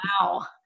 Wow